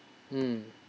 mm